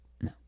no